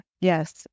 Yes